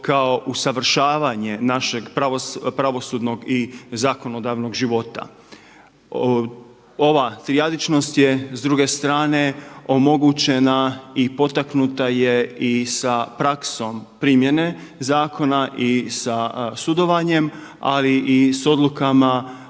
kao usavršavanje našeg pravosudnog i zakonodavnog života. Ova trijadičnost je s druge strane omogućena i potaknuta je i sa praksom primjene zakona i sa sudovanjem ali i sa odlukama